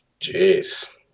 Jeez